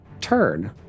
turn